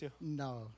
No